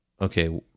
okay